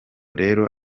rero